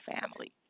family